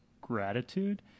gratitude